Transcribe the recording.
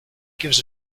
gives